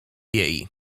jej